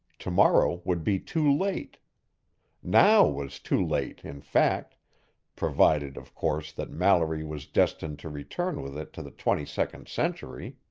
tomorrow would be too late now was too late, in fact provided, of course, that mallory was destined to return with it to the twenty-second century.